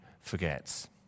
forgets